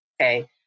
Okay